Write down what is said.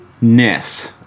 Ness